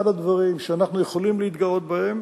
אחד הדברים שאנחנו יכולים להתגאות בהם,